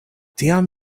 tiam